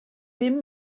bum